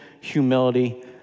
humility